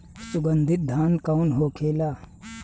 सुगन्धित धान कौन होखेला?